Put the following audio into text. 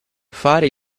fare